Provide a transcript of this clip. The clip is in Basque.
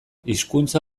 hizkuntza